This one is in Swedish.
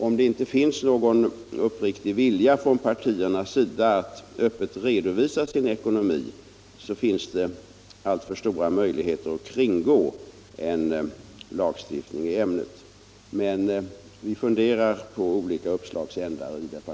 Om partierna inte har någon uppriktig vilja att öppet redovisa sin ekonomi finns det alltför stora möjligheter för dem att kringgå en lagstiftning i ämnet. Men vi funderar i departementet på olika uppslagsändar.